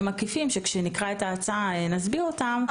עקיפים שכשנקרא את ההצעה נסביר אותם.